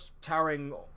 towering